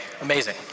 amazing